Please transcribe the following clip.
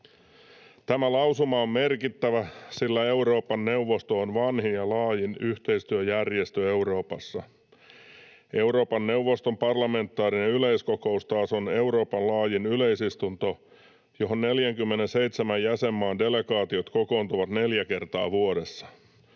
Tämä lausuma on merkittävä, sillä Euroopan neuvosto on vanhin ja laajin yhteistyöjärjestö Euroopassa. Euroopan neuvoston parlamentaarinen yleiskokous taas on Euroopan laajin yleisistunto, johon 47 jäsenmaan delegaatiot kokoontuvat neljä kertaa vuodessa.